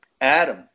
Adam